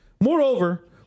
Moreover